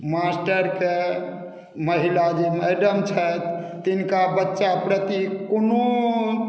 मास्टरके महिला जे मैडम छथि तिनका बच्चा प्रति कोनो